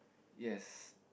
yes